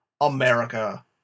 America